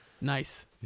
Nice